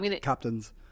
captains